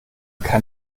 kann